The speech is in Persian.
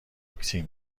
تیم